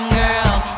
girls